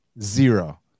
zero